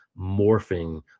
morphing